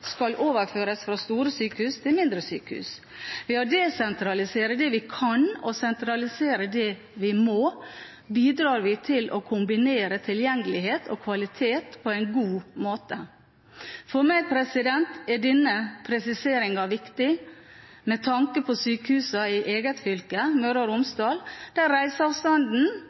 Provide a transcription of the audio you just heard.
skal overføres «fra store sykehus til mindre sykehus». Ved å desentralisere det vi kan, og sentralisere det vi må, bidrar vi til å kombinere tilgjengelighet og kvalitet på en god måte. For meg er denne presiseringen viktig med tanke på sykehusene i eget fylke, Møre og Romsdal, der reiseavstanden